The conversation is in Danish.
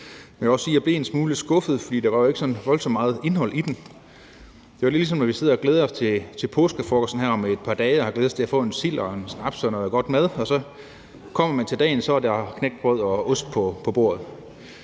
jeg må også sige, at jeg blev en lille smule skuffet, for der var jo ikke sådan voldsomt meget indhold i det. Det var ligesom, når vi sidder og glæder os til påskefrokosten her om et par dage og har glædet os til at få en sild, en snaps og noget god mad, men når man så kommer til dagen, er der knækbrød og ost på bordet.